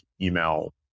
email